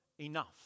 enough